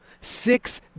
Six